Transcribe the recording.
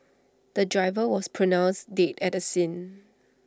the driver was pronounced dead at the scene